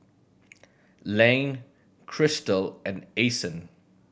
Layne Crystal and Ason